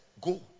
go